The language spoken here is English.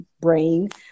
brain